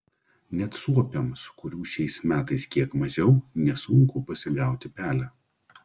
net suopiams kurių šiais metais kiek mažiau nesunku pasigauti pelę